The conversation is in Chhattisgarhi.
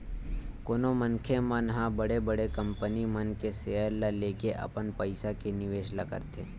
कोनो मनखे मन ह बड़े बड़े कंपनी मन के सेयर ल लेके अपन पइसा के निवेस ल करथे